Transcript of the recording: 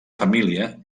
família